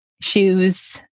Shoes